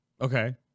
okay